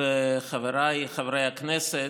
וחבריי חברי הכנסת,